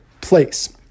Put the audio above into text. place